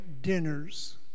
dinners